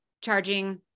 charging